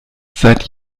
seit